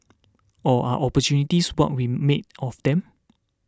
or are opportunities what we make of them